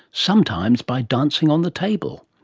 sometimes by dancing on the table.